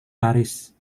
paris